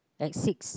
like six